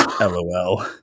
LOL